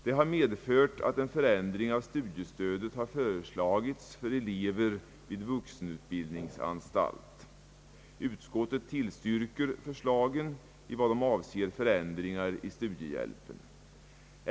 Det har medfört att en förändring av studiestödet har föreslagits för elever vid vuxenutbildningsanstalt. Utskottet tillstyrker förslagen i vad de avser förändringar i studiehjälpen.